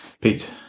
Pete